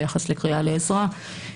ביחס לקריאה לעזרה,